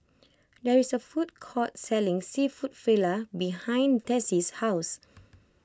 there is a food court selling Seafood Paella behind Tessie's house